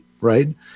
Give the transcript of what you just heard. right